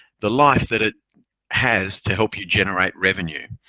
the life that it has to help you generate revenue,